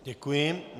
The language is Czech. Děkuji.